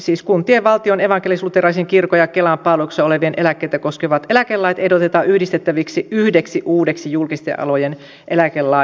siis kuntien ja valtion evankelisluterilaisen kirkon ja kevan palveluksessa olevien eläkkeitä koskevat eläkelait ehdotetaan yhdistettäväksi yhdeksi uudeksi julkisten alojen eläkelaiksi